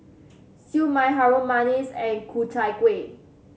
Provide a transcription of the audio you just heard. Siew Mai Harum Manis and Ku Chai Kuih